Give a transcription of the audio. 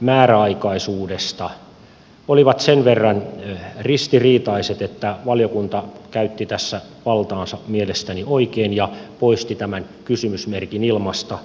määräaikaisuudesta oli sen verran ristiriitainen että valiokunta käytti tässä valtaansa mielestäni oikein ja poisti tämän kysymysmerkin ilmasta